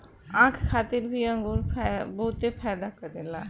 आँख खातिर भी अंगूर बहुते फायदा करेला